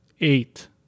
eight